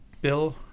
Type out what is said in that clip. Bill